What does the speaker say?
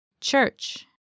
Church